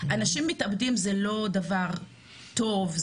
אנשים מתאבדים זה לא דבר טוב,